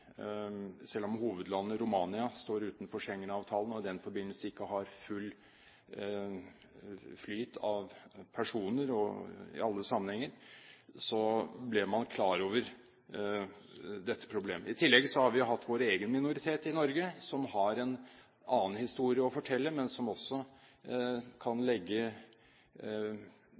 selv om hovedlandet Romania står utenfor Schengen-avtalen og i den forbindelse ikke har fri flyt av personer i alle sammenhenger – ble man klar over dette problemet. I tillegg har vi hatt vår egen minoritet i Norge som har en annen historie å fortelle, men som også kan legge